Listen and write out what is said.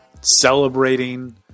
celebrating